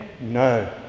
No